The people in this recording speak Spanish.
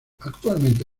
actualmente